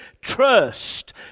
Trust